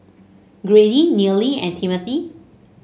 Grady Neely and Timothy